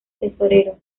tesorero